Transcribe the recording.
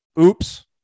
Oops